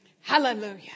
Hallelujah